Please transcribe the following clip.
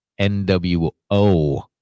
NWO